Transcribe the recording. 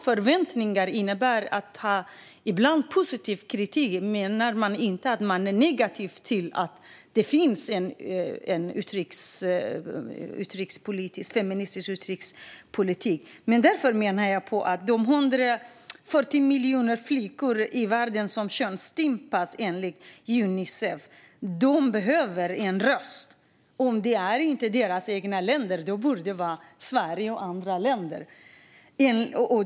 Förväntningar innebär ibland positiv kritik, men det betyder inte att man är negativ till att det finns en feministisk utrikespolitik. Jag menar att de 140 miljoner flickor i världen som, enligt Unicef, könsstympas behöver en röst. Om denna röst inte är deras egna länder borde den vara Sverige och andra länder.